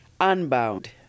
Unbound